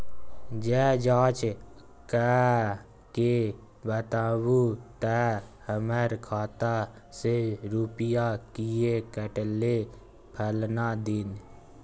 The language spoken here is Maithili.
ज जॉंच कअ के बताबू त हमर खाता से रुपिया किये कटले फलना दिन?